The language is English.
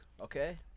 okay